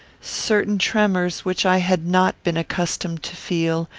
certain tremors which i had not been accustomed to feel,